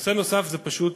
נושא נוסף זה פשוט